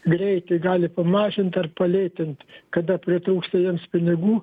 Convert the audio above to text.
greitį gali pamažint ar palėtint kada pritrūksta jiems pinigų